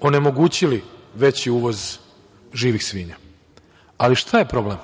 onemogućili veći uvoz živih svinja, ali šta je problem